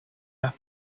las